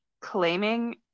claiming